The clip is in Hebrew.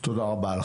תודה רבה.